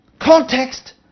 Context